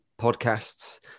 podcasts